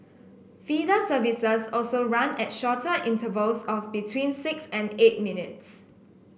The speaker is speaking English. feeder services also run at shorter intervals of between six and eight minutes